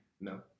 No